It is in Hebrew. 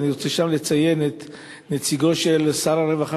ואני רוצה לציין את נציגו של שר הרווחה,